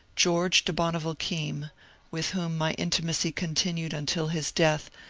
george de bonneville keim with whom my intimacy continued until his death,